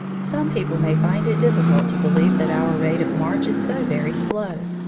some people may find it difficult to believe that our rate of march is so very slow.